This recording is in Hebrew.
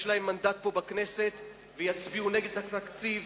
יש להם מנדט פה בכנסת, ויצביעו נגד התקציב